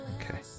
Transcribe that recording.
Okay